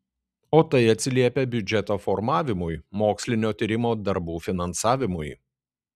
o tai atsiliepia biudžeto formavimui mokslinio tyrimo darbų finansavimui